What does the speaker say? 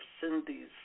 Cindy's